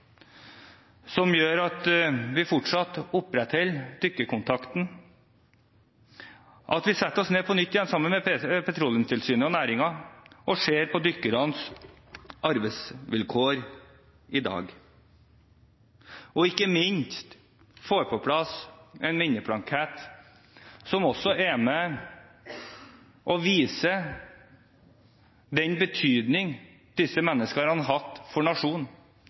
som gjør at vi fortsatt opprettholder dykkerkontakten, at vi setter oss ned på nytt igjen sammen med Petroleumstilsynet og næringen og ser på dykkernes arbeidsvilkår i dag og, ikke minst, får på plass en minneplakett som er med på å vise den betydning disse menneskene har hatt for